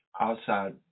outside